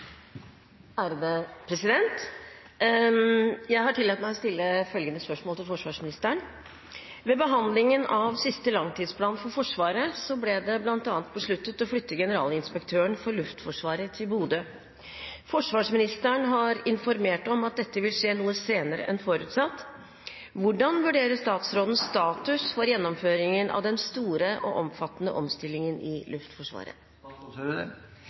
forsvarsministeren: «Ved behandlingen av siste langtidsplan for Forsvaret ble det bl.a. besluttet å flytte Generalinspektøren for Luftforsvaret til Bodø. Forsvarsministeren har informert om at dette vil skje noe senere enn forutsatt. Hvordan vurderer statsråden status for gjennomføringen av den store og omfattende omstillingen i Luftforsvaret?»